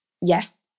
yes